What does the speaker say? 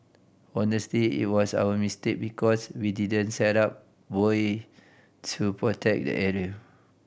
honestly it was our mistake because we didn't set up buoy to protect the area